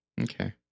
Okay